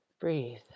Breathe